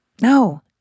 No